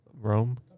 rome